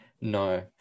No